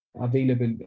available